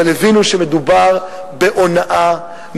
אבל הבינו שמדובר בהונאה,